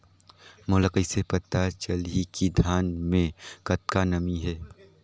मोला कइसे पता चलही की धान मे कतका नमी हे?